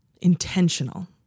intentional